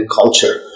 culture